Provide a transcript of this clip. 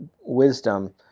wisdom